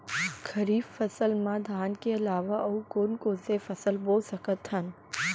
खरीफ फसल मा धान के अलावा अऊ कोन कोन से फसल बो सकत हन?